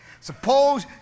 Suppose